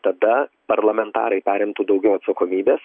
tada parlamentarai perimtų daugiau atsakomybės